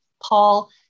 Paul